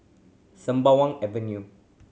Sembawang Avenue